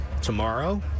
tomorrow